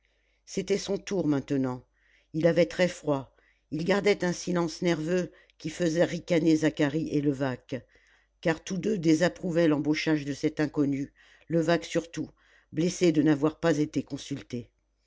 c'était son tour maintenant il avait très froid il gardait un silence nerveux qui faisait ricaner zacharie et levaque car tous deux désapprouvaient l'embauchage de cet inconnu levaque surtout blessé de n'avoir pas été consulté